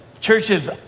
churches